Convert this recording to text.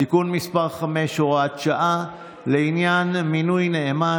(תיקון מס' 5) (הוראת שעה לעניין מינוי נאמן,